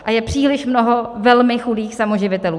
A je příliš mnoho velmi chudých samoživitelů.